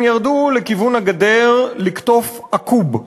הם ירדו לכיוון הגדר לקטוף עכוב,